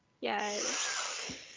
Yes